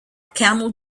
camel